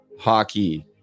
Hockey